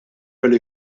kellu